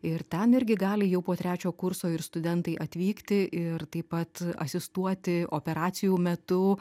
ir ten irgi gali jau po trečio kurso ir studentai atvykti ir taip pat asistuoti operacijų metu